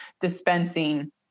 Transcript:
dispensing